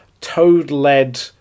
toad-led